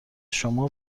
شما